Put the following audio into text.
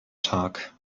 tag